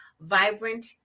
vibrant